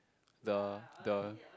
the the